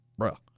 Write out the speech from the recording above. Bruh